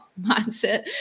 mindset